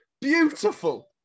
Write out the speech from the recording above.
beautiful